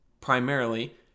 primarily